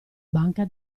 banca